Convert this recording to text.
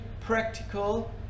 practical